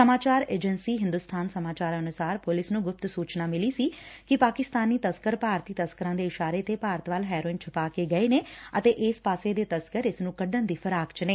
ਸਮਾਚਾਰ ਏਜੰਸੀ ਹਿੰਦੂਸਬਾਨ ਸਮਾਚਾਰ ਅਨੁਸਾਰ ਪੁਲਿਸ ਨੂੰ ਗੁਪਤ ਸੁਚਨਾ ਮਿਲੀ ਸੀ ਕਿ ਪਾਕਿਸਤਾਨੀ ਤਸਕਰ ਭਾਰਤੀ ਤਸਕਰਾਂ ਦੇ ਇਸ਼ਾਰੇ ਤੇ ਭਾਰਤ ਵੱਲ ਹੋਰੈਇਨ ਛਪਾ ਕੇ ਗਏ ਨੇ ਅਤੇ ਇਸ ਪਾਸੇ ਦੇ ਤਸਕਰ ਇਸ ਨੂੰ ਕੱਢਣ ਦੀ ਫਿਰਾਕ ਵਿਚ ਨੇ